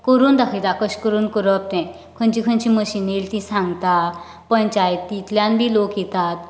करून दाखयता कशें करून करप तें खनची खनची मशिनां येली ती सांगता पंचायतींतल्यान बीन लोक येतात